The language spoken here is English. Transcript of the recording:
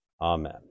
amen